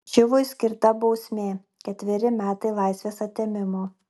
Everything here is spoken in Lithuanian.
čivui skirta bausmė ketveri metai laisvės atėmimo